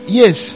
yes